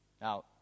Now